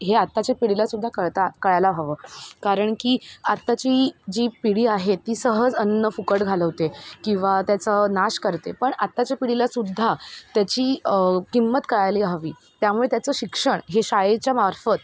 हे आत्ताच्या पिढीलासुद्धा कळता कळायला हवं कारण की आत्ताची जी पिढी आहे ती सहज अन्न फुकट घालवते किंवा त्याचं नाश करते पण आत्ताच्या पिढीलासुद्धा त्याची किंमत कळायली हवी त्यामुळे त्याचं शिक्षण हे शाळेच्या मार्फत